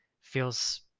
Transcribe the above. feels